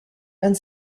and